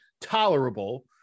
tolerable